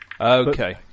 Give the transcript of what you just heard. Okay